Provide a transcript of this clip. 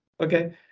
Okay